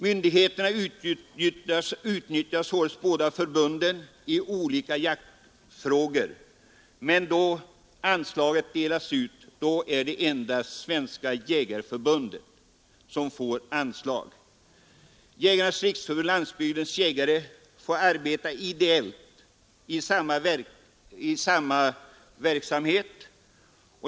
Myndigheterna utnyttjar således båda förbunden när det gäller olika jaktfrågor, men då anslaget skall delas ut är det endast Svenska jägareförbundet som kommer i fråga. Jägarnas riksförbund-Landsbygdens jägare får arbeta ideellt i samma verksamhet.